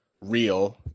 real